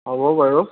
হ'ব বাৰু